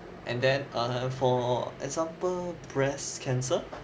and then err for example breast cancer